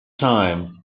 time